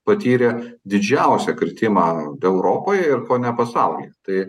patyrė didžiausią kritimą europoje ir kone pasaulyje tai